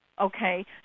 Okay